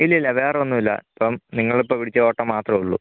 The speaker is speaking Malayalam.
ഇല്ലില്ല വേറൊന്നും ഇല്ല ഇപ്പം നിങ്ങളിപ്പം വിളിച്ച ഓട്ടം മാത്രം ഉള്ളു